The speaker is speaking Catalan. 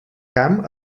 camp